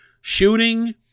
shooting